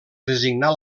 designar